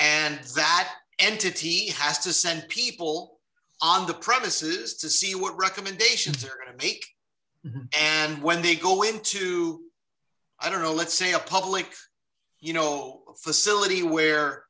and zat entity has to send people on the premises to see what recommendations are and ate and when they go into i don't know let's say a public you know facility where